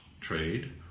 trade